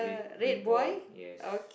red boy yes